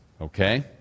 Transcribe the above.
Okay